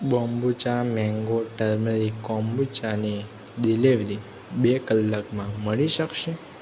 kombucha mango turmeric કોમ્બુચાની delivery બે કલાકમાં મળી શકશે